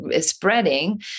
spreading